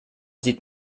sieht